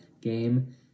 game